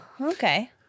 Okay